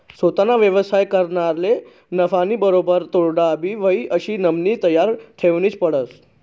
सोताना व्यवसाय करनारले नफानीबरोबर तोटाबी व्हयी आशी मननी तयारी ठेवनीच पडस